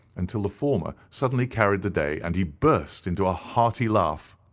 until the former suddenly carried the day, and he burst into a hearty laugh.